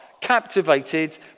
captivated